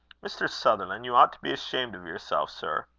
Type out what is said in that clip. mr. sutherland, you ought to be ashamed of yourself, sir.